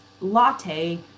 latte